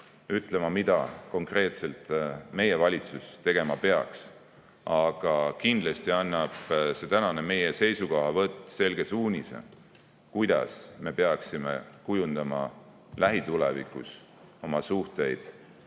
ütlema, mida konkreetselt meie valitsus tegema peaks. Aga kindlasti annab meie tänane seisukohavõtt selge suunise, kuidas me peaksime kujundama lähitulevikus oma suhteid